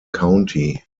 county